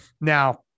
Now